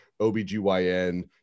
OBGYN